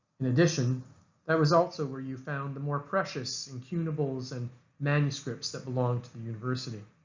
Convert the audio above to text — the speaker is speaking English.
in addition that was also where you found the more precious incunables and manuscripts that belonged to the university.